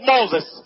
Moses